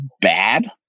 bad